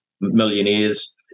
millionaires